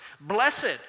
Blessed